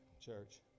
church